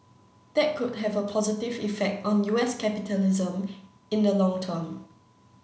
that could have a positive effect on U S capitalism in the long term